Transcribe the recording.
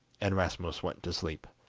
and rasmus went to sleep.